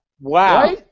Wow